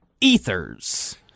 ethers